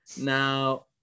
now